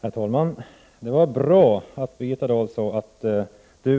Herr talman! Det är bra att Birgitta Dahl